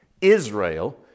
Israel